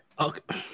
Okay